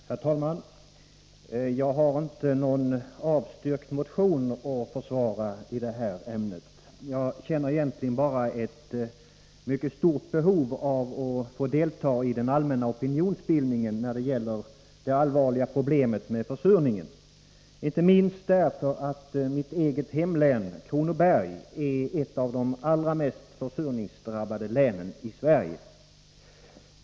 Herr talman! Jag har inte någon avstyrkt motion att försvara i detta ämne. Jag känner egentligen bara ett mycket stort behov av att få delta i den allmänna opinionsbildningen när det gäller det allvarliga problemet med försurningen, inte minst därför att mitt eget hemlän, Kronoberg, är ett av de allra mest försurningsdrabbade länen i Sverige.